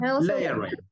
Layering